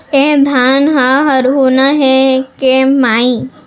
ए धान ह हरूना हे के माई?